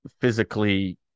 physically